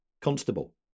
Constable